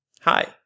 Hi